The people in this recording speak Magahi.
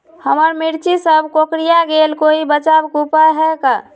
हमर मिर्ची सब कोकररिया गेल कोई बचाव के उपाय है का?